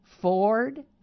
Ford